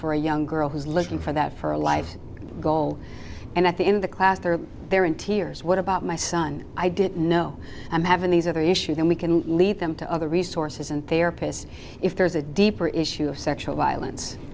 for a young girl who's looking for that for a life goal and at the end of the class they're there in tears what about my son i didn't know i'm having these other issues and we can leave them to other resources and therapists if there's a deeper issue of sexual violence